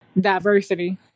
diversity